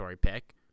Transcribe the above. pick